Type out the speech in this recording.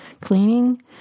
cleaning